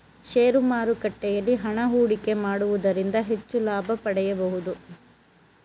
share ಮಾರುಕಟ್ಟೆಯಲ್ಲಿ ಹಣ ಹೂಡಿಕೆ ಮಾಡುವುದರಿಂದ ಹೆಚ್ಚು ಲಾಭ ಪಡೆಯಬಹುದು